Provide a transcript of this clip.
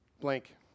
blank